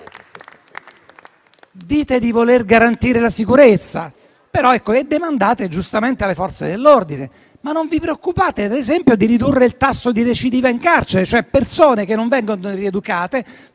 Dite di voler garantire la sicurezza e demandate giustamente alle Forze dell'ordine. Ma non vi preoccupate, ad esempio, di ridurre il tasso di recidiva in carcere ed è così che persone che non vengono rieducate